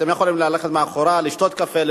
אתם יכולים ללכת לשתות קפה מאחור,